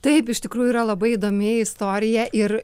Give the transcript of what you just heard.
taip iš tikrųjų yra labai įdomi istorija ir